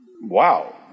wow